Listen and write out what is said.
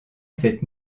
cette